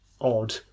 odd